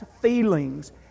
feelings